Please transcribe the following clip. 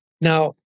Now